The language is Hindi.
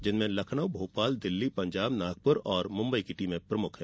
जिनमें लखनऊ भोपाल दिल्ली पंजाब नागपुर मुंबई की टीमें प्रमुख हैं